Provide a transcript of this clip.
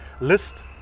list